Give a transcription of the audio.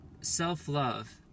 Self-love